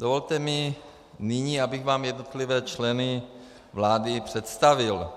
Dovolte mi nyní, abych vám jednotlivé členy vlády představil.